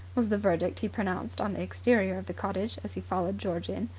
was the verdict he pronounced on the exterior of the cottage as he followed george in.